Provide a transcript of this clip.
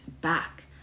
back